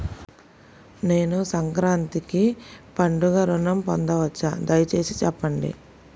నేను సంక్రాంతికి పండుగ ఋణం పొందవచ్చా? దయచేసి చెప్పండి?